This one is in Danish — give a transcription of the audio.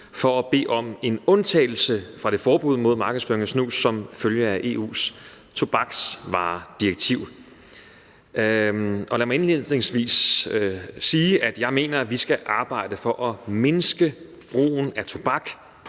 for at bede om en undtagelse fra det forbud mod markedsføring af snus, som følger af EU's tobaksvaredirektiv. Lad mig indledningsvis sige, at jeg mener, at vi skal arbejde for at mindske brugen af tobak,